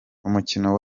umukino